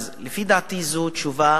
אז לפי דעתי זאת תשובה